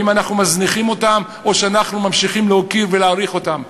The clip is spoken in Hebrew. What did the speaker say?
האם אנחנו מזניחים אותם או שאנחנו ממשיכים להוקיר ולהעריך אותם.